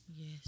Yes